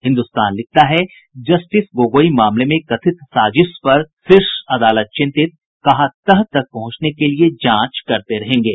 हिन्दुस्तान लिखता है जस्टिस गोगोई मामले में कथित साजिश पर शीर्ष अदालत चिंतित कहा तह तक पहुंचने के लिए जांच करते रहेंगे